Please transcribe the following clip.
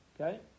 Okay